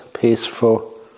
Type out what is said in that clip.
peaceful